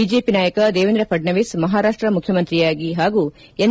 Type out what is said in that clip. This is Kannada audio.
ಬಿಜೆಪಿ ನಾಯಕ ದೇವೇಂದ್ರ ಫಡ್ನವೀಸ್ ಮಹಾರಾಷ್ಷ ಮುಖ್ಯಮಂತ್ರಿಯಾಗಿ ಹಾಗೂ ಎನ್